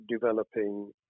developing